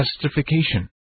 justification